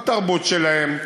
בתרבות שלהם,